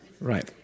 Right